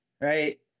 right